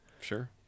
sure